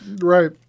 Right